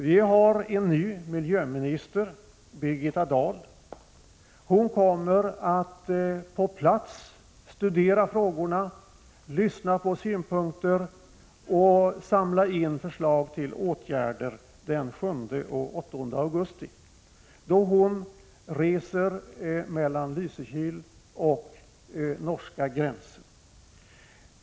Vi har en ny miljöminister, Birgitta Dahl, och hon kommer den 7 och 8 augusti att på plats studera frågorna, lyssna på synpunkter och samla in förslag till åtgärder. Hon reser då mellan Lysekil och norska gränsen.